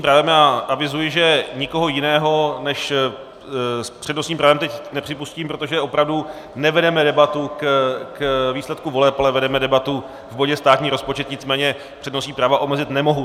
Já avizuji, že nikoho jiného než s přednostním právem teď nepřipustím, protože opravdu nevedeme debatu k výsledku voleb, ale vedeme debatu v bodě státní rozpočet, nicméně přednostní práva omezit nemohu.